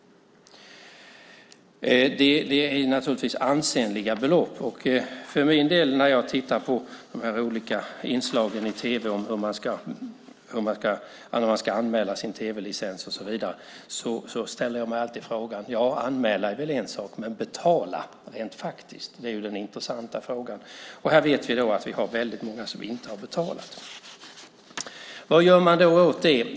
Det är naturligtvis ansenliga belopp. För min del tänker jag alltid, när jag tittar på de olika inslagen i tv om att man ska anmäla sitt tv-innehav: Ja, anmäla är väl en sak, men betala, rent faktiskt, är den intressanta frågan. Och vi vet att vi har väldigt många som inte har betalat. Vad gör man då åt det?